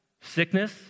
sickness